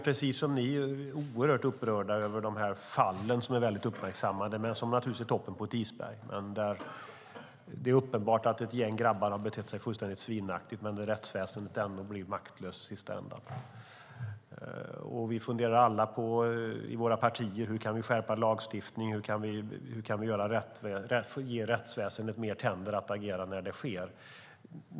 Precis som ni blev jag oerhört upprörd över de här fallen som har uppmärksammats mycket men som naturligtvis är toppen på ett isberg. Det är uppenbart att ett gäng grabbar har betett sig fullständigt svinaktigt, men rättsväsendet blir ändå maktlöst i slutänden. I våra partier funderar vi alla på hur vi kan skärpa lagstiftningen och hur vi kan ge rättsväsendet mer tänder att agera när det sker.